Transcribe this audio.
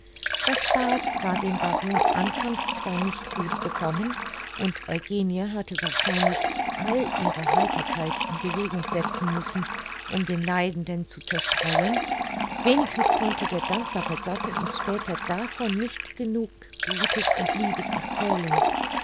das bad war dem baron anfangs zwar nicht gut bekommen und eugenie hatte wahrscheinlich all ihre heiterkeit in bewegung setzen müssen um den leidenden zu zerstreuen wenigstens konnte der dankbare gatte uns später davon nicht genug gutes und liebes erzählen